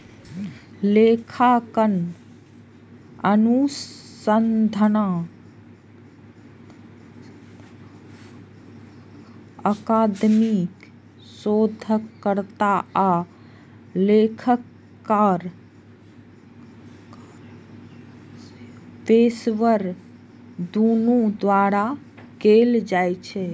लेखांकन अनुसंधान अकादमिक शोधकर्ता आ लेखाकार पेशेवर, दुनू द्वारा कैल जाइ छै